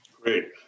Great